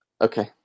Okay